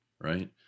right